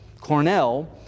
Cornell